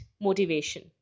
motivation